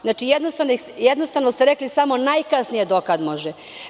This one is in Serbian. Znači, jednostavno ste rekli samo najkasnije do kada se može.